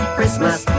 Christmas